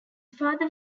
father